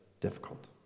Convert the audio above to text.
difficult